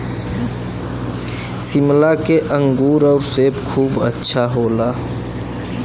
शिमला के अंगूर आउर सेब खूब अच्छा होला